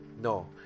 no